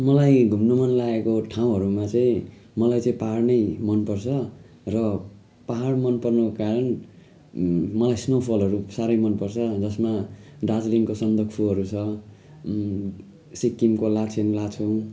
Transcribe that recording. मलाई घुम्नु मन लागेको ठाउँहरूमा चाहिँ मलाई चाहिँ पहाड नै मन पर्छ र पहाड मन पर्नुको कारण मलाई स्नोफलहरू साह्रै मन पर्छ जसमा दार्जिलिङको सन्दकपुहरू छ सिक्किमको लाचेन लाचुङ